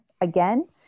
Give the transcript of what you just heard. again